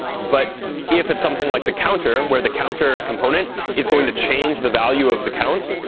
but if it's something like the counter, where the counter component is going to change the value of the count,